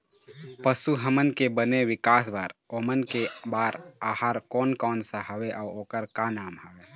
पशु हमन के बने विकास बार ओमन के बार आहार कोन कौन सा हवे अऊ ओकर का नाम हवे?